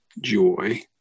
joy